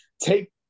Take